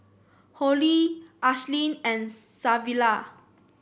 Hollie Ashlyn and Savilla